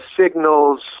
signals